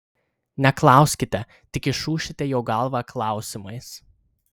neklauskite tik išūšite jo galvą klausimais